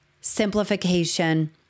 simplification